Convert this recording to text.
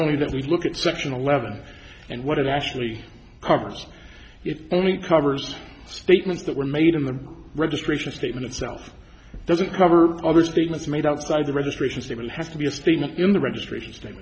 only that we look at sectional level and what it actually covers it only covers statements that were made in the registration statement itself doesn't cover other statements made outside the registration statement has to be a statement in the registration